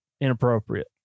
inappropriate